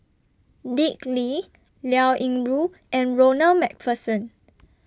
Dick Lee Liao Yingru and Ronald MacPherson